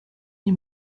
nie